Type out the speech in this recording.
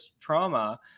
trauma